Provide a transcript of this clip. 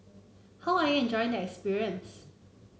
how are you enjoy the experience